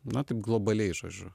na taip globaliai žodžiu